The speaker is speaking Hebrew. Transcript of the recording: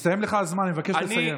הסתיים לך הזמן, אני מבקש לסיים.